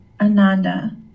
ananda